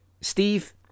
Steve